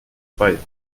bei